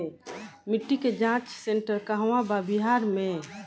मिटी के जाच सेन्टर कहवा बा बिहार में?